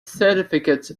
certificate